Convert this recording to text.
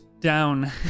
down